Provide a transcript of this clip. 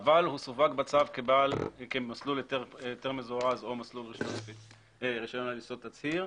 אבל הוא סווג בצו כמסלול היתר מזורז או מסלול רישיון על יסוד תצהיר,